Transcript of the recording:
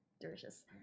delicious